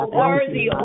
worthy